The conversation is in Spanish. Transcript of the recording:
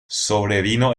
sobrevino